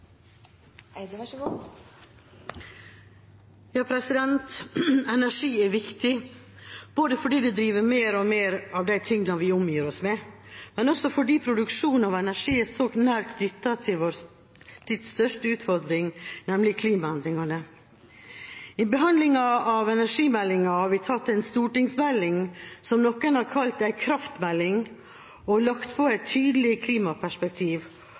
viktig, fordi det driver mer og mer av de tingene vi omgir oss med, men også fordi produksjon av energi er så nært knyttet til vår tids største utfordring, nemlig klimaendringene. I behandlingen av energimeldinga har vi tatt en stortingsmelding, som noen har kalt en kraftmelding, lagt på et tydelig klimaperspektiv